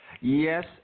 Yes